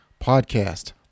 Podcast